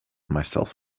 myself